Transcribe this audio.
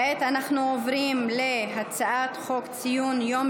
כעת אנחנו עוברים להצעת חוק ציון יום